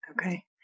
Okay